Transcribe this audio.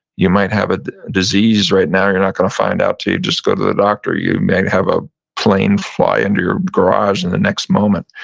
you might have a disease right now you're not gonna find out till you just go to the doctor. you may have a plane fly into your garage in the next moment.